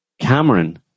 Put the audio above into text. Cameron